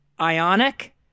Ionic